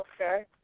okay